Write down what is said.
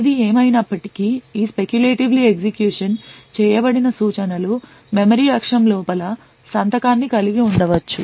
ఏది ఏమయినప్పటికీ ఈ speculatively ఎగ్జిక్యూషన్ చేయబడిన సూచనలు మెమరీ అక్షం లోపల సంతకాన్ని కలిగి ఉండవచ్చు